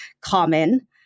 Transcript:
common